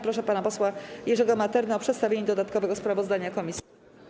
Proszę pana posła Jerzego Maternę o przedstawienie dodatkowego sprawozdania komisji.